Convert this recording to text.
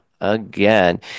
again